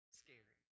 scary